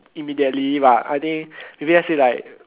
immediately but I think maybe let's say like